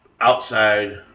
outside